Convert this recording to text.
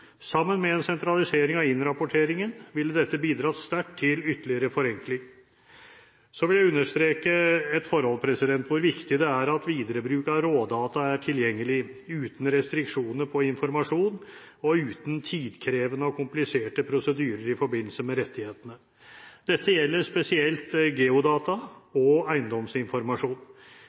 Sammen med en sentralisering av innrapporteringen ville dette bidratt sterkt til ytterligere forenkling. Så vil jeg understreke hvor viktig det er at videre bruk av rådata er tilgjengelig, uten restriksjoner på informasjon og uten tidkrevende og kompliserte prosedyrer i forbindelse med rettighetene. Dette gjelder spesielt geodata og eiendomsinformasjon.